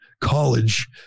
College